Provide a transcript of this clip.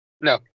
No